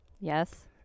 Yes